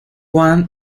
one